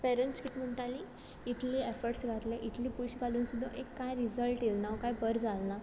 parents कित म्हुणटालीं इतले एफर्ट्स घातले इतले पयशे घालून सुद्दां एक कांय रिझल्ट येलना कांय बर जालना